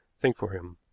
think for him.